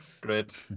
great